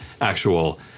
actual